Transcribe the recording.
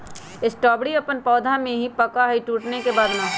strawberry अपन पौधा में ही पका हई टूटे के बाद ना